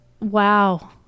wow